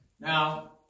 Now